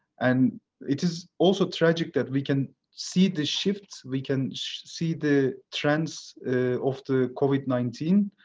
and it is also tragic that we can see the shifts. we can see the trends of the covid nineteen,